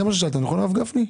זה מה ששאלת, נכון, הרב גפני?